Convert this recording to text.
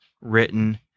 written